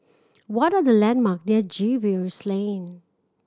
what are the landmark near Jervois Lane